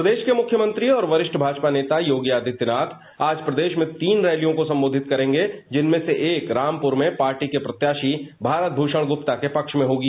प्रदेश के मुख्यमंत्री और वरिष्ठ भाजपा नेता योगी आदित्यनाथ आज प्रदेश में तीन रैलियों को संबोधित करेंगे जिनमें से एक रामपुर में पार्टी के प्रत्याशी भारत शूषण गुप्ता के पक्ष में होगी